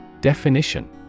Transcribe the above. Definition